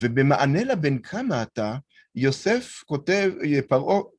ובמענה לה בין כמה אתה, יוסף כותב, פרעה...